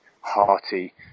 hearty